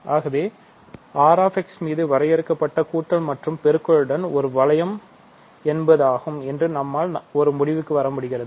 ஆகவே R x மீது வரையறுக்கப்பட்ட கூட்டல் மற்றும் பெருக்கலுடன் ஒரு வளையம் என்பதாகும் என்று நம்மால் ஒரு முடிவுக்கு வரமுடிகிறது